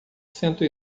cento